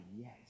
yes